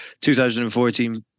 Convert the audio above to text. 2014